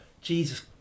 Jesus